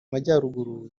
majyaruguru